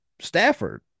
Stafford